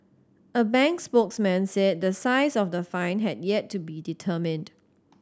a bank spokesman said the size of the fine had yet to be determined